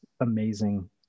amazing